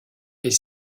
est